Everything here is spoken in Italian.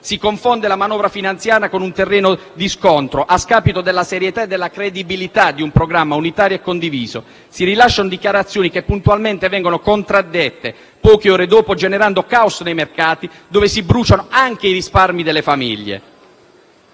si confonde la manovra finanziaria con un terreno di scontro, a scapito della serietà e della credibilità di un programma unitario e condiviso; si rilasciano dichiarazioni che puntualmente vengono contraddette poche ore dopo, generando caos nei mercati, in cui si bruciano anche i risparmi delle famiglie.